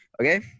okay